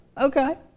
Okay